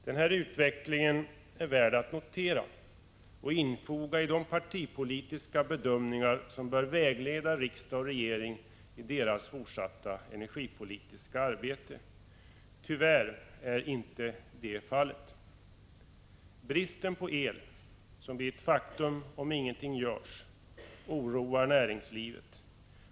Den här utvecklingen är värd att notera och infoga i de partipolitiska bedömningar som bör vägleda riksdag och regering i deras fortsatta energipolitiska arbete. Tyvärr är inte det fallet. Bristen på el — som blir ett faktum om inget görs — oroar näringslivet.